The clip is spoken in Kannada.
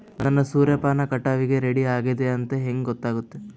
ನನ್ನ ಸೂರ್ಯಪಾನ ಕಟಾವಿಗೆ ರೆಡಿ ಆಗೇದ ಅಂತ ಹೆಂಗ ಗೊತ್ತಾಗುತ್ತೆ?